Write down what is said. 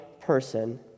person